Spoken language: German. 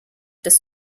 des